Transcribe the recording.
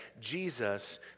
Jesus